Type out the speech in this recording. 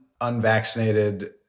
unvaccinated